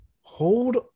hold